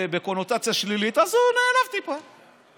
בקונוטציה שלילית, הוא נעלב טיפה.